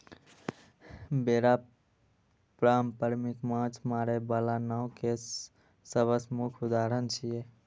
बेड़ा पारंपरिक माछ मारै बला नाव के सबसं मुख्य उदाहरण छियै